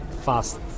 fast